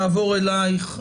אלייך.